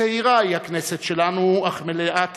צעירה היא הכנסת שלנו אך מלאת מעש,